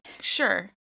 Sure